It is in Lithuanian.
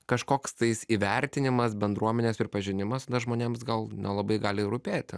kažkoks tais įvertinimas bendruomenės ir pažinimas nes žmonėms gal nelabai gali rūpėti